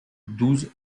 douze